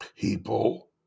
people